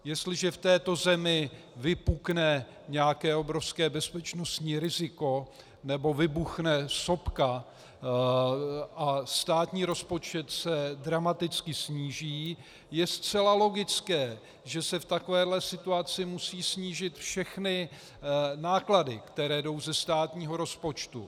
Jestliže v této zemi vypukne nějaké obrovské bezpečnostní riziko nebo vybuchne sopka a státní rozpočet se dramaticky sníží, je zcela logické, že se v takovéhle situaci musí snížit všechny náklady, které jdou ze státního rozpočtu.